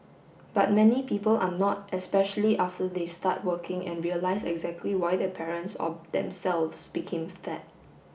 but many people are not especially after they start working and realise exactly why their parents or themselves became fat